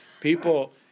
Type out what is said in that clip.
people